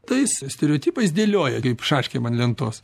tais stereotipais dėlioja kaip šaškėm ant lentos